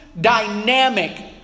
dynamic